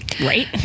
Right